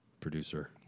producer